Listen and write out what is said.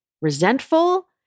resentful